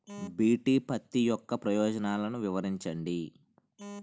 BT పత్తి యొక్క ప్రయోజనాలను వివరించండి?